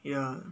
ya